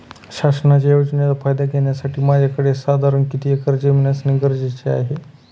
शासनाच्या योजनेचा फायदा घेण्यासाठी माझ्याकडे साधारण किती एकर जमीन असणे गरजेचे आहे?